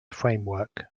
framework